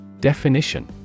Definition